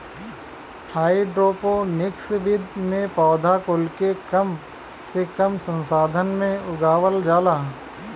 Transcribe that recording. hydroponics विधि में पौधा कुल के कम से कम संसाधन में उगावल जाला